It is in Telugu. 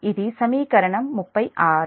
ఇది సమీకరణం 36